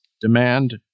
demand